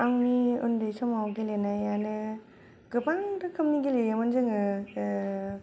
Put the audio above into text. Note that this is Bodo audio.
आंनि उन्दै समाव गेलेनायानो गोबां रोखोमनि गेलेयोमोन जोङो